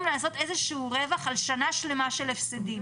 לעשות איזה שהוא רווח על שנה שלמה של הפסדים.